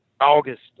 August